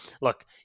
Look